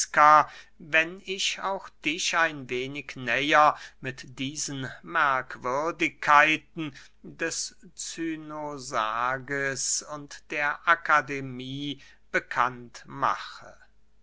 wenn ich auch dich ein wenig näher mit diesen merkwürdigkeiten des cynosarges und der akademie bekannt mache